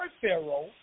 Pharaoh